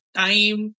time